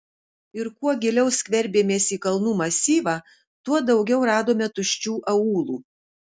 ir kuo giliau skverbėmės į kalnų masyvą tuo daugiau radome tuščių aūlų